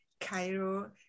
Cairo